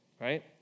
right